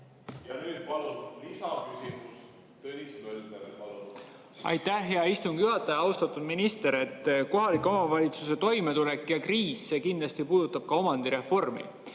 Ja nüüd palun lisaküsimus. Tõnis Mölder, palun! Aitäh, hea istungi juhataja! Austatud minister! Kohalike omavalitsuste toimetulek ja kriis kindlasti puudutab ka omandireformi.